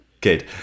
good